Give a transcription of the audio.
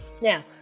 now